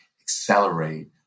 accelerate